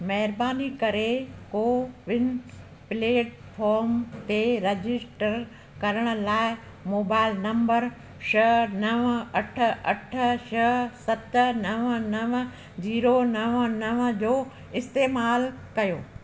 महिरबानी करे CoWIN platform ते रजिस्टर करण लाइ मोबाइल नंबर छह नव अठ अठ छह सत नव नव जीरो नव नव जो इस्तैमाल कयो